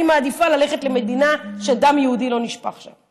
אני מעדיפה ללכת למדינה שדם יהודי לא נשפך שם.